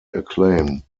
acclaim